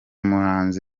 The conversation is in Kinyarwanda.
muhanzi